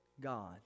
God